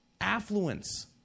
affluence